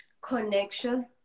connection